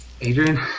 Adrian